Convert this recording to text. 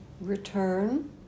Return